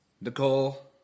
Nicole